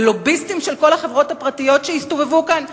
בלוביסטים של כל החברות הפרטיות שהסתובבו כאן?